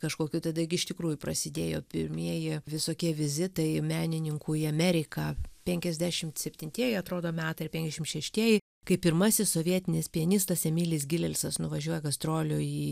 kažkokių tada gi iš tikrųjų prasidėjo pirmieji visokie vizitai menininkų į ameriką penkiasdešimt septintieji atrodo metai ar penkiasdešim šeštieji kai pirmasis sovietinis pianistas emilis gilelsas nuvažiuoja gastrolių į